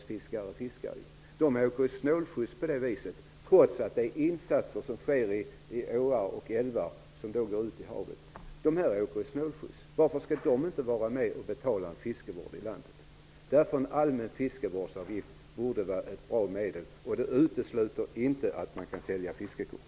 Dessa handredskapsfiskare kommer att åka snålskjuts i ett sådant system. Insatserna kommer att göras i åar och älvar som rinner ut i havet. Varför skall dessa fiskare inte vara med om att betala landets fiskevård? En allmän fiskevårdsavgift borde därför vara en bra metod. Det utesluter inte att man också kan sälja fiskekort.